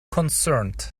concerned